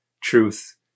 truth